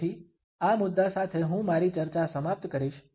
તેથી આ મુદ્દા સાથે હું મારી ચર્ચા સમાપ્ત કરીશ